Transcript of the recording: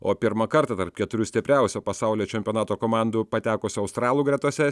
o pirmą kartą tarp keturių stipriausių pasaulio čempionato komandų patekusių australų gretose